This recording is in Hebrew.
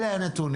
אלה הם הנתונים,